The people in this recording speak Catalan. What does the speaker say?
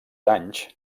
anys